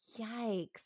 Yikes